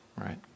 right